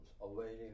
awaiting